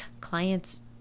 Clients